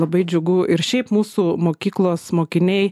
labai džiugu ir šiaip mūsų mokyklos mokiniai